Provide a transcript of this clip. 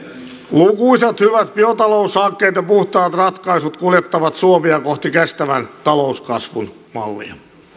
lukuisat hyvät biotaloushankkeet ja puhtaat ratkaisut kuljettavat suomea kohti kestävän talouskasvun mallia